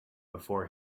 before